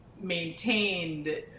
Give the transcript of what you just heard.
maintained